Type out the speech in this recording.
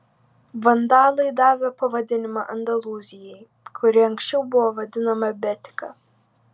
vandalai davė pavadinimą andalūzijai kuri anksčiau buvo vadinama betika